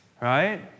right